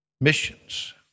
Missions